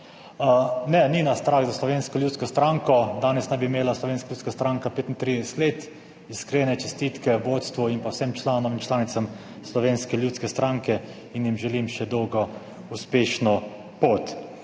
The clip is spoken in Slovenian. Ne, ni nas strah za Slovensko ljudsko stranko, danes naj bi imela Slovenska ljudska stranka 35 let. Iskrene čestitke vodstvu in pa vsem članom in članicam Slovenske ljudske stranke in jim želim še dolgo uspešno pot.